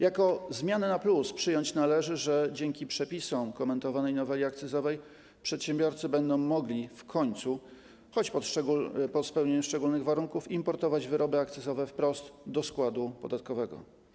Jako zmianę na plus przyjąć należy, że dzięki przepisom komentowanej noweli akcyzowej przedsiębiorcy będą mogli w końcu, choć po spełnieniu szczególnych warunków, importować wyroby akcyzowe wprost do składu podatkowego.